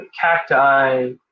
cacti